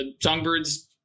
Songbird's